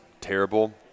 terrible